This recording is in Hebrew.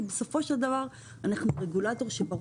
כי בסופו של דבר אנחנו רגולטור שנועד